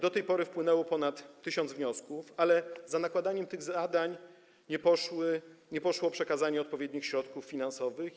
Do tej pory wpłynęło ponad 1000 wniosków, ale za nałożeniem tych zadań nie poszło przekazanie odpowiednich środków finansowych.